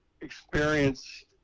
experience